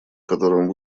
которым